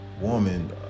Woman